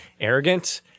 arrogant